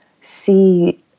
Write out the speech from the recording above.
see